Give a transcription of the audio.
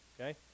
okay